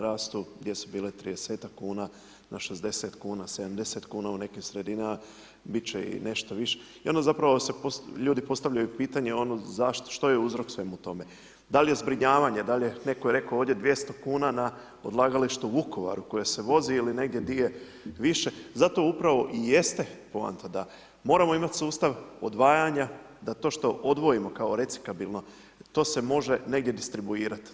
Rastu gdje su bile 30-tak kuna na 60 kuna, 70 kuna u nekim sredinama bit će i nešto više, i onda zapravo ljudi postavljaju pitanje ono zašto, što je uzrok svemu tome, da li je zbrinjavanje, netko je rekao ovdje 200 kuna na odlagalištu u Vukovaru koje se vozi ili negdje di je više zato upravo i jeste poanta da moramo imat sustav odvajanja da to što odvojimo kao recakabirno to se može negdje distribuirat.